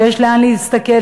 שיש לאן להסתכל,